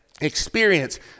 experience